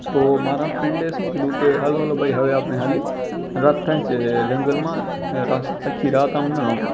તો મારા ફ્રેન્ડે શું કીધું કે ચાલો ચાલો ભઈ હવે આપણે ચાલીએ રાત થાય છે જંગલમાં રાસ આખી રાત આમ ના રોકાય